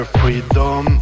freedom